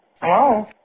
Hello